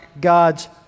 God's